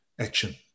action